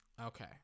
Okay